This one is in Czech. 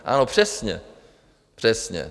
Ano, přesně, přesně.